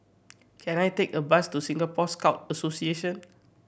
can I take a bus to Singapore Scout Association